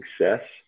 success